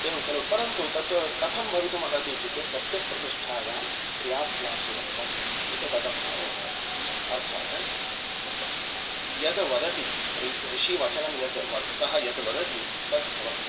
एवं खलु परन्तु तत् कथं भवितुम् अर्हति इत्युक्ते सत्यप्रतिष्ठायां क्रियाफलाशयत्वम् एतद् तदर्थमेव उक्तम् अर्थात् यद्वदति ऋषिवचनं यद् सः यद्वदति तद्भवति